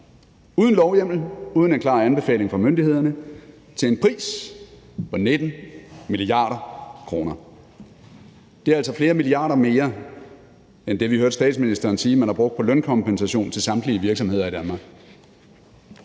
uden lovhjemmel, uden en klar anbefaling fra myndighederne – til en pris på 19 mia. kr. Det er altså flere milliarder mere end det, vi hørte statsministeren sige man har brugt på lønkompensation til samtlige virksomheder i Danmark.